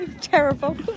Terrible